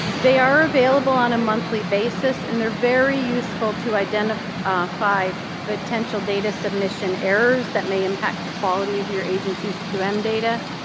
they are available on a monthly basis, and they're very useful to identify potential data submission errors that may impact the quality of your agency's qm um data.